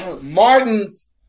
Martin's